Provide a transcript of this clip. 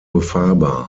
befahrbar